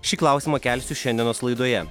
šį klausimą kelsiu šiandienos laidoje